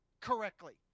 correctly